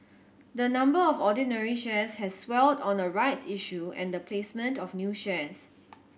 the number of ordinary shares has swelled on a rights issue and the placement of new shares